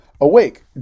awake